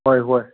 ꯍꯣꯏ ꯍꯣꯏ